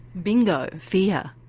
bingo fear.